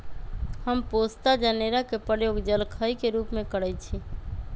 हम पोस्ता जनेरा के प्रयोग जलखइ के रूप में करइछि